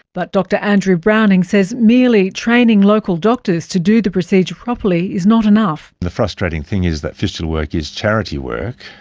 but dr andrew browning says merely training local doctors to do the procedure properly is not enough. the frustrating thing is that fistula work is charity work.